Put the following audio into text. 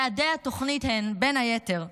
יעדי התוכנית הם, בין היתר,